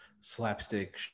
slapstick